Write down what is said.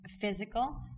physical